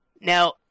Now